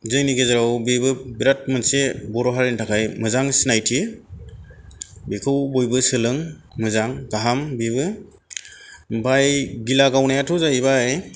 जोंनि गेजेराव बेबो बेराद मोनसे बर' हारिनि थाखाय मोजां सिनायथि बेखौ बयबो सोलों मोजां गाहाम बेबो ओमफ्राय गिला गावनायाथ' जाहैबाय